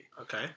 Okay